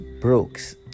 Brooks